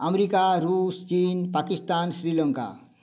America Russia China Pakistan Sri Lanka